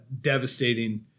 devastating